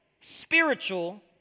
spiritual